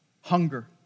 hunger